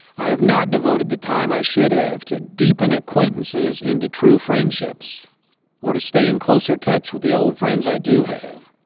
i have not devoted the time i should have to deepen acquaintances into true friendships or to stay in closer touch with the old friends i do have.